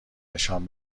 نشان